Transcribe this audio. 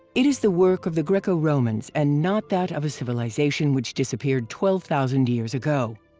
it is the work of the greco-romans and not that of a civilization which disappeared twelve thousand years ago.